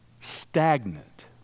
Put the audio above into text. stagnant